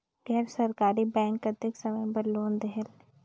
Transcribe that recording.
गैर सरकारी बैंक कतेक समय बर लोन देहेल?